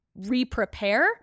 reprepare